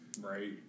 Right